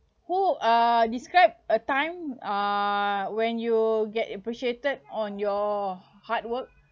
who uh describe a time uh when you get appreciated on your hard work